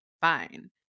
fine